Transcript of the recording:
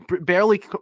barely